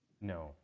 No